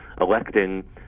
electing